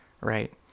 right